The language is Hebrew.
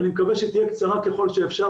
אני מקווה שהיא תהיה קצרה ככל שאפשר,